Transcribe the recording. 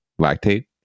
lactate